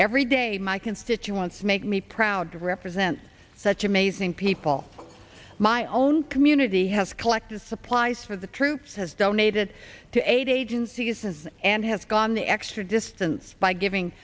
every day my constituents make me proud to represent such amazing people my own community has collected supplies for the troops has donated to aid agencies and has gone the extra distance by giving